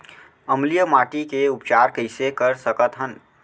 अम्लीय माटी के उपचार कइसे कर सकत हन?